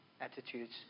attitudes